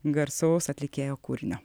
garsaus atlikėjo kūrinio